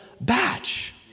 batch